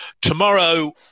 Tomorrow